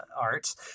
art